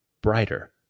Brighter